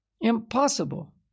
Impossible